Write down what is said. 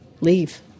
leave